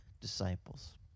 disciples